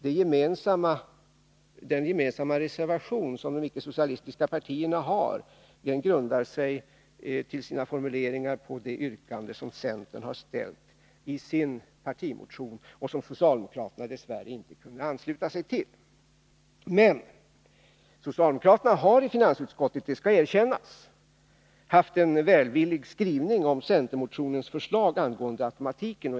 Den gemensamma reservation som de icke-socialistiska partierna har avgivit grundar sig till sina formuleringar på det yrkande som centern har ställt i sin partimotion och som socialdemokraterna dess värre inte kunde ansluta sig till. Socialdemokraterna har i finansutskottet — det skall erkännas — haft en välvillig skrivning om centermotionens förslag angående automatiken.